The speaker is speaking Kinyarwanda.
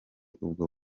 ubwo